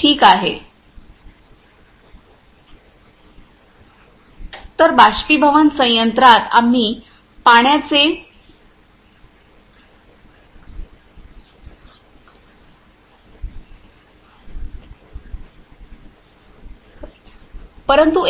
ठीक आहे परंतु